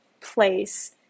place